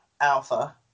alpha